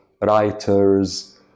writers